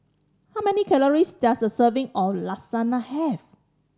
how many calories does a serving of Lasagna have